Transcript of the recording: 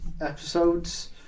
episodes